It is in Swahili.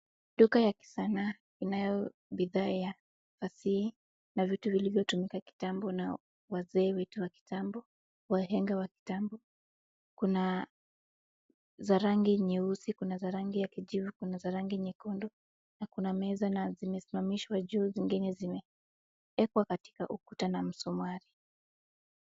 Duka ya kisanaa inayo bidhaa ya kifasihi na vitu viliyotumika kitambo na wazee wetu wa kitambo, wahenga wa kitambo. Kuna za rangi nyeusi, kuna za rangi ya kijivu, kuna za rangi nyekundu na kuna meza na zimesimamishwa juu zingine zimewekwa katika ukuta na msumari.